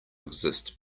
exist